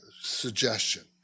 suggestion